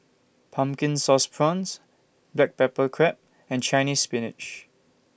Pumpkin Sauce Prawns Black Pepper Crab and Chinese Spinach